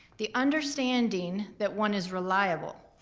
the understanding that one is reliable.